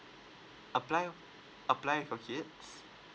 apply apply for kids